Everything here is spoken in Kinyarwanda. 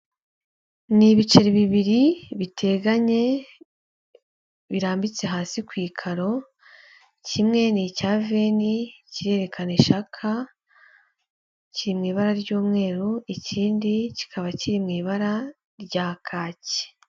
Ni ibiceri bibiri biteganye birambitse hasi ku ikaro, kimwe n'icya veni kirerekana ishaka kiri mu ibara ry'umweru ikindi kikaba kiri mu ibara rya kaki.